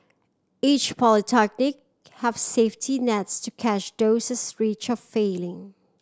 each polytechnic has safety nets to catch those risk of failing